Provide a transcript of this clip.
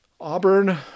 Auburn